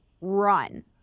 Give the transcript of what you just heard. run